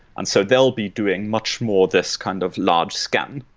and so they'll be doing much more this kind of large scan.